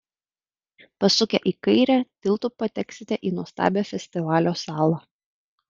pasukę į kairę tiltu pateksite į nuostabią festivalio salą